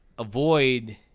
Avoid